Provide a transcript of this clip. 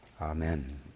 Amen